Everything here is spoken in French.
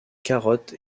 carottes